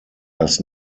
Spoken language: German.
das